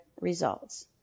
results